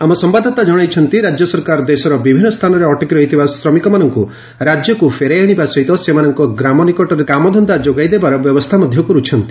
ଆମ ସମ୍ବାଦଦାତା ଜଣାଇଛନ୍ତି ରାଜ୍ୟ ସରକାର ଦେଶର ବିଭିନ୍ନ ସ୍ଥାନରେ ଅଟକି ରହିଥିବା ଶ୍ରମିକମାନଙ୍କୁ ରାଜ୍ୟକୁ ଫେରାଇ ଆଶିବା ସହିତ ସେମାନଙ୍କ ଗ୍ରାମ ନିକଟରେ କାମଧନ୍ଦା ଯୋଗାଇ ଦେବାର ବ୍ୟବସ୍ଥା କର୍ଛନ୍ତି